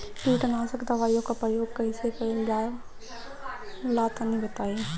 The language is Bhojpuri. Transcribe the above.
कीटनाशक दवाओं का प्रयोग कईसे कइल जा ला तनि बताई?